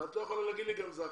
את לא יכולה להגיד לי שזה אחרת.